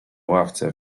ławce